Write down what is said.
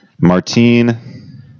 Martine